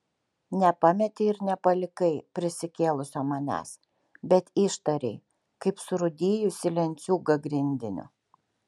nepametei ir nepalikai prisikėlusio manęs bet ištarei kaip surūdijusį lenciūgą grindiniu